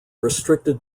restricted